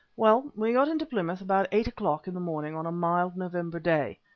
well, we got into plymouth about eight o'clock in the morning, on a mild, november day,